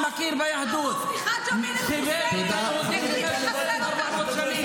האסלם מכיר ביהדות -- המופתי חאג' אמין אל-חוסייני החליט לחסל אותנו.